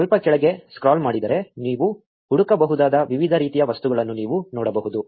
ನೀವು ಸ್ವಲ್ಪ ಕೆಳಗೆ ಸ್ಕ್ರಾಲ್ ಮಾಡಿದರೆ ನೀವು ಹುಡುಕಬಹುದಾದ ವಿವಿಧ ರೀತಿಯ ವಸ್ತುಗಳನ್ನು ನೀವು ನೋಡಬಹುದು